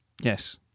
Yes